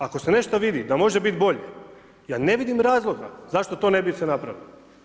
Ako se nešto vidi da može biti bolje, ja ne vidim razloga zašto to se ne bi napravilo.